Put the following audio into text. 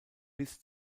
bis